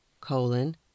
colon